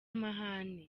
amahane